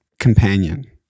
companion